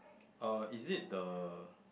uh is it the